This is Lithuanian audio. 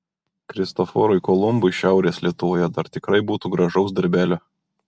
kristoforui kolumbui šiaurės lietuvoje dar tikrai būtų gražaus darbelio